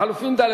לחלופין ד'.